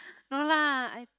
no lah I